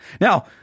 Now